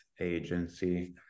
agency